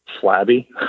flabby